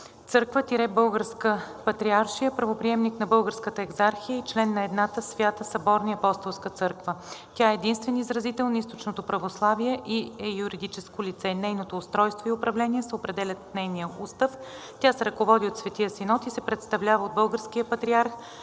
църква –Българска патриаршия, правоприемник на Българската Екзархия и член на Едната Света, Съборна и Апостолска църква. Тя е единствен изразител на източното православие и е юридическо лице. Нейното устройство и управление се определят в нейния устав. Тя се ръководи от Светия Синод и се представлява от Българския Патриарх,